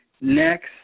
Next